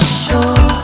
sure